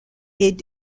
est